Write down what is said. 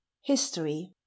history